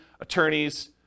attorneys